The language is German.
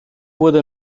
wurde